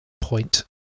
point